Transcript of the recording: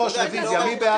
3, מי בעד?